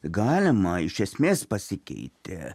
galima iš esmės pasikeitė